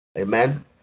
Amen